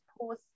pause